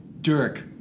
Dirk